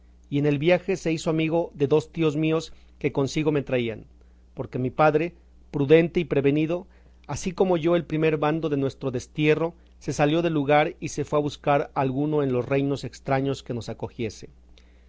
y en el viaje se hizo amigo de dos tíos míos que consigo me traían porque mi padre prudente y prevenido así como oyó el primer bando de nuestro destierro se salió del lugar y se fue a buscar alguno en los reinos estraños que nos acogiese